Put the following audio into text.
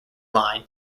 line